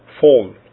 fall